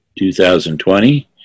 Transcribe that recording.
2020